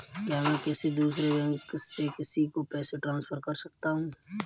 क्या मैं किसी दूसरे बैंक से किसी को पैसे ट्रांसफर कर सकता हूँ?